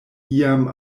iam